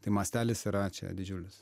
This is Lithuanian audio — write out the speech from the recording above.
tai mastelis yra čia didžiulis